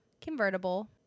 convertible